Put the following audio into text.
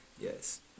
yes